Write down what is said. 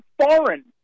foreign